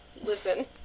Listen